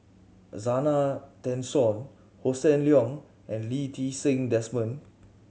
Zena Tessensohn Hossan Leong and Lee Ti Seng Desmond